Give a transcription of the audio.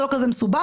זה לא כזה מסובך,